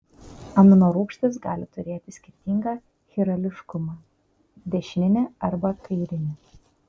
aminorūgštys gali turėti skirtingą chirališkumą dešininį arba kairinį